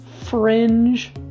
fringe